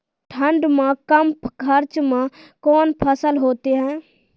ठंड मे कम खर्च मे कौन फसल होते हैं?